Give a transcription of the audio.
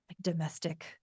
domestic